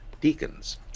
deacons